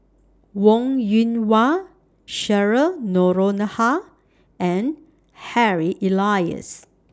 Wong Yoon Wah Cheryl Noronha and Harry Elias